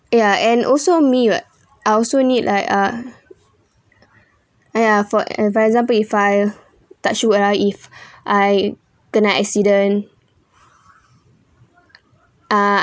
ya and also me [what] I also need like a !aiya! for an for example if I touch wood ah if I kena accident ah